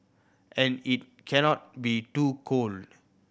and it cannot be too cold